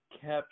kept